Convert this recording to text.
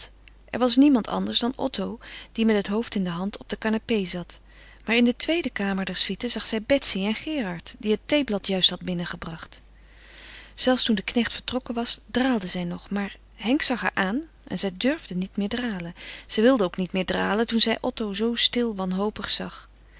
er was niemand anders dan otto die met het hoofd in de hand op de canapé zat maar in de tweede kamer der suite zag zij betsy en gerard die het theeblad juist had binnengebracht zelfs toen de knecht vertrokken was draalde zij nog maar henk zag haar aan en zij durfde niet meer dralen zij wilde ook niet meer dralen toen zij otto zoo stil wanhopig zag